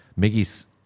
Miggy's